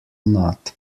not